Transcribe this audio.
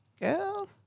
girl